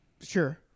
Sure